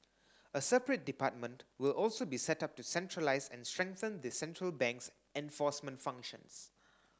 a separate department will also be set up to centralise and strengthen the central bank's enforcement functions